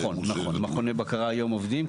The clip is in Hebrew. נכון, מכוני בקרה היום עובדים.